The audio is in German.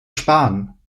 sparen